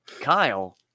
kyle